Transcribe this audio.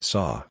Saw